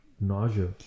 nausea